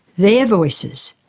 their voices,